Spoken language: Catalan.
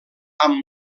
amb